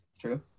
True